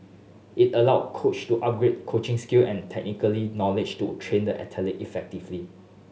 it allow coach to upgrade coaching skill and technical knowledge to train the athlete effectively